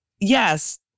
yes